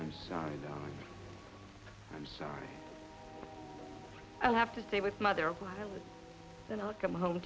i'm sorry i'm sorry i'll have to say with mother and i'll come home